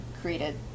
created